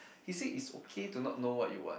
he say it's okay to not know what you want